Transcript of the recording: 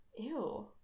Ew